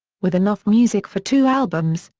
with enough music for two albums,